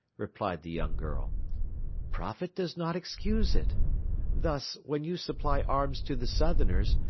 replied the young girl profit does not excuse it thus, when you supply arms to the southerners,